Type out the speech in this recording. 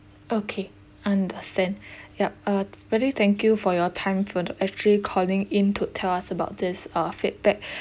okay understand yup uh really thank you for your time for actually calling in to tell us about this uh feedback